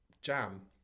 jam